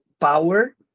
power